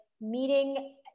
meeting